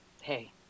hey